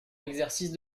l’exercice